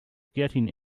getting